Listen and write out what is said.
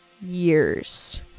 years